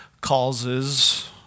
causes